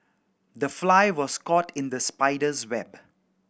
the fly was caught in the spider's web